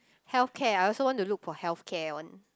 healthcare I also want to look for healthcare one